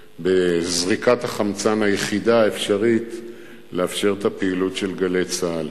בזריקת החמצן היחידה האפשרית כדי לאפשר את הפעילות של "גלי צה"ל".